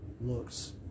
looks